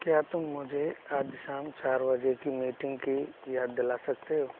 क्या तुम मुझे आज शाम चार बजे की मीटिंग की याद दिला सकते हो